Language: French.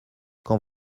quand